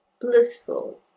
blissful